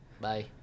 Bye